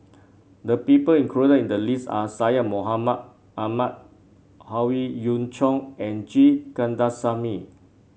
the people included in the list are Syed Mohamed Ahmed Howe Yoon Chong and G Kandasamy